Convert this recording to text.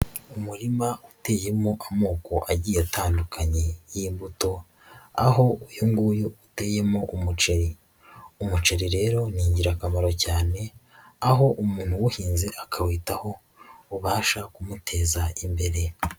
Umurima uteyemo amoko agiye atandukanye y'imbuto, aho uyu nguyu uteyemo umuceri, umuceri rero ni ingirakamaro cyane, aho umuntu uwuhinze akawitaho, ubasha kumuteza imbere.